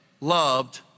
loved